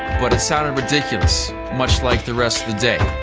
but it sounded ridiculous, much like the rest of the day,